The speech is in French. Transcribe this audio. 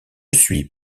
suis